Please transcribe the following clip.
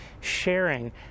sharing